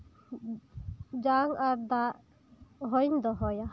ᱡᱟᱝ ᱟᱨ ᱫᱟᱜ ᱦᱚᱸᱧ ᱫᱚᱦᱚᱭᱟ